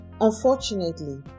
unfortunately